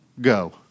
go